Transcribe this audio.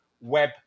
Web